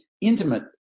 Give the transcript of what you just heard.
intimate